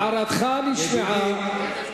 הערתך נשמעה.